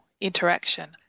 interaction